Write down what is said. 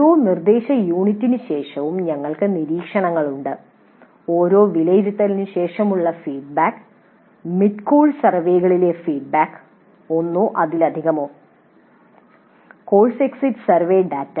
ഓരോ നിർദ്ദേശ യൂണിറ്റിനുശേഷവും ഞങ്ങൾക്ക് നിരീക്ഷണങ്ങൾ ഉണ്ട് ഓരോ വിലയിരുത്തലിനുശേഷമുള്ള ഫീഡ്ബാക്ക് മിഡ് കോഴ്സ് സർവേകളിലെ ഫീഡ്ബാക്ക് ഒന്നോ അതിലധികമോ കോഴ്സ് എക്സിറ്റ് സർവേ ഡാറ്റ